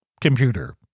computer